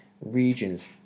regions